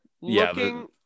looking